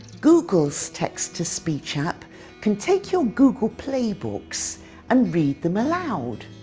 google's text-to-speech app can take your google play books and read them aloud.